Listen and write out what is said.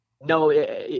No